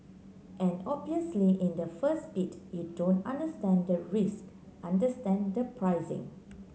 and obviously in the first bid you don't understand the risk understand the pricing